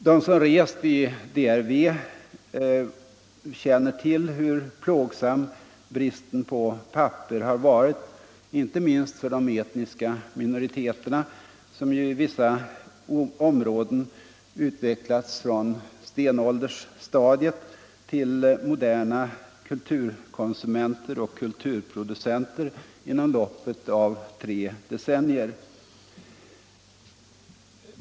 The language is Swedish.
De som har rest i DRV känner till hur plågsam bristen på papper där har varit, inte minst för de etniska minoriteterna, som i vissa områden har utvecklats från stenåldersstadiet till moderna kulturkonsumenter och kulturproducenter inom loppet av tre decennier.